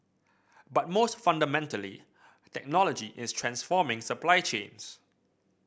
but most fundamentally technology is transforming supply chains